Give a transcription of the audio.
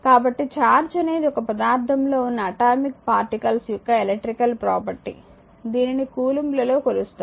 కాబట్టి ఛార్జ్ అనేది ఒక పదార్ధం లో ఉన్న అటామిక్ పార్టికల్స్ యొక్క ఎలక్ట్రికల్ ప్రాపర్టీ దీనిని కూలుంబ్ల లో కొలుస్తారు